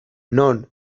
non